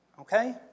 Okay